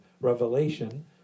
revelation